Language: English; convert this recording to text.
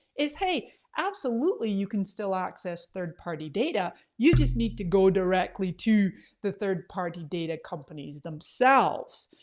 is hey absolutely you can still access third party data. you just need to go directly to the third party data companies themselves.